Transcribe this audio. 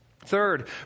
Third